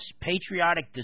patriotic